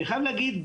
אני חייב להגיד,